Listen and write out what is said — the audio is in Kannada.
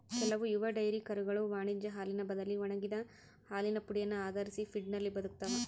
ಕೆಲವು ಯುವ ಡೈರಿ ಕರುಗಳು ವಾಣಿಜ್ಯ ಹಾಲಿನ ಬದಲಿ ಒಣಗಿದ ಹಾಲಿನ ಪುಡಿಯನ್ನು ಆಧರಿಸಿದ ಫೀಡ್ನಲ್ಲಿ ಬದುಕ್ತವ